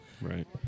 Right